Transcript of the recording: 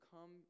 come